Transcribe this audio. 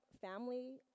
family